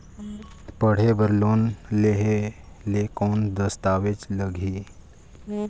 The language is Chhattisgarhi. पढ़े बर लोन लहे ले कौन दस्तावेज लगही?